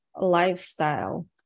lifestyle